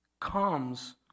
comes